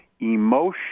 emotion